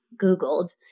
Googled